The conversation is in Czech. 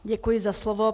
Děkuji za slovo.